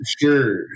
Sure